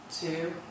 two